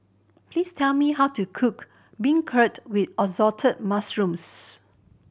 please tell me how to cook beancurd with Assorted Mushrooms